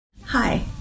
Hi